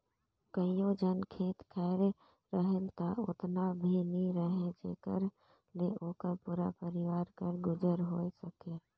कइयो झन जग खेत खाएर रहेल ता ओतना भी नी रहें जेकर ले ओकर पूरा परिवार कर गुजर होए सके